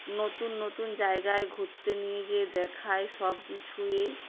নতুন নতুন জায়গায় ঘুরতে নিয়ে যেয়ে দেখায় সব কিছুই